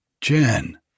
Jen